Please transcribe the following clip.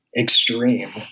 extreme